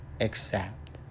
accept